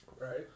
Right